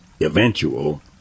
eventual